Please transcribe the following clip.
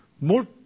More